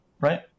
right